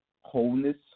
wholeness